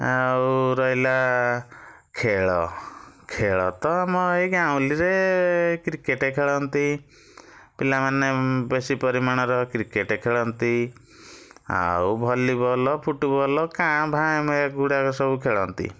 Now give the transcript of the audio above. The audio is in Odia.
ଆଉ ରହିଲା ଖେଳ ଖେଳ ତ ଆମ ଏଇ ଗାଉଁଲିରେ କ୍ରିକେଟ୍ ଖେଳନ୍ତି ପିଲାମାନେ ବେଶି ପରିମାଣର କ୍ରିକେଟ୍ ଖେଳନ୍ତି ଆଉ ଭଲିବଲ୍ ଫୁଟବଲ୍ କାଁ ଭାଁ ଆମେ ଏଗୁଡ଼ାକ ସବୁ ଖେଳନ୍ତି